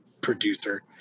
producer